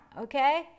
okay